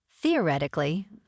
theoretically